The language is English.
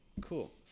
cool